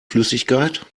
flüssigkeit